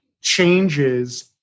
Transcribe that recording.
changes